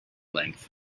length